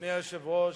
אדוני היושב-ראש,